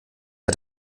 hat